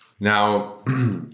Now